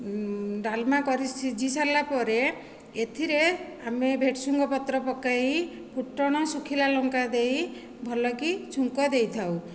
ଡାଲମା କରି ସିଝିସାରିଲା ପରେ ଏଥିରେ ଆମେ ଭେର୍ସୁଙ୍ଗା ପତ୍ର ପକାଇ ଫୁଟଣ ଶୁଖିଲା ଲଙ୍କା ଦେଇ ଭଲ କି ଛୁଙ୍କ ଦେଇଥାଉ